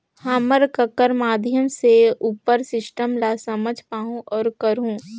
हम ककर माध्यम से उपर सिस्टम ला समझ पाहुं और करहूं?